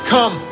Come